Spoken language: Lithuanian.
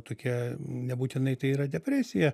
tokia nebūtinai tai yra depresija